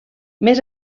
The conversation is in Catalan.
més